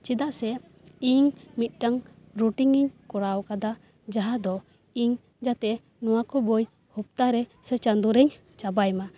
ᱪᱮᱫᱟᱜ ᱥᱮ ᱤᱧ ᱢᱤᱫᱴᱟᱝ ᱨᱩᱴᱤᱝᱤᱧ ᱠᱚᱨᱟᱣ ᱠᱟᱫᱟ ᱡᱟᱦᱟᱸ ᱫᱚ ᱤᱧ ᱡᱟᱛᱮ ᱱᱚᱣᱟ ᱠᱚ ᱵᱳᱭ ᱦᱚᱯᱛᱟᱨᱮ ᱥᱮ ᱪᱟᱸᱫᱳᱨᱮᱧ ᱪᱟᱵᱟᱭᱢᱟ